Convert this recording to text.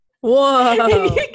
Whoa